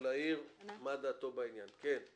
בדרך